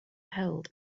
held